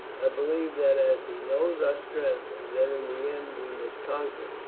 i believe that as he knows our strength, and that in the end we must conquer,